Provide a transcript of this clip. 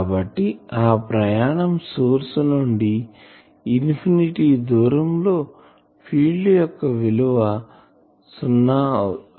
కాబట్టి ఆ ప్రయాణం సోర్స్ నుండి ఇన్ఫినిటీ దూరంలో ఫీల్డ్ యొక్క విలువ సున్నా అవుతుంది